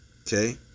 okay